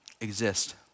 exist